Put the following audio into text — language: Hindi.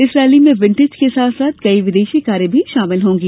इस रैली में विण्टेज के साथ साथ कई विदेशी कारें भी शामिल होंगी